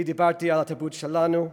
אני דיברתי על התרבות שלנו.